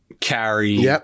carry